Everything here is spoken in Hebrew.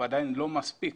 אבל עדיין לא מספיק.